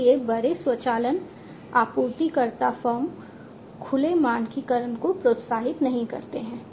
इसलिए बड़े स्वचालन आपूर्तिकर्ता फर्म खुले मानकीकरण को प्रोत्साहित नहीं करते हैं